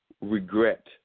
regret